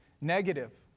negative